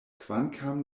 kvankam